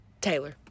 Taylor